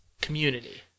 Community